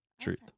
truth